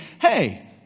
hey